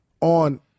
on